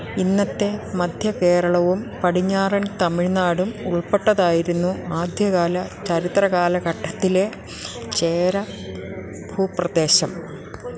ഇന്നത്തെ മദ്ധ്യകേരളവും പടിഞ്ഞാറൻ തമിഴ്നാടും ഉൾപ്പെട്ടതായിരുന്നു ആദ്യകാല ചരിത്രകാലഘട്ടത്തിലെ ചേര ഭൂപ്രദേശം